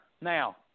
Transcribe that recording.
Now